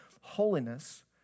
holiness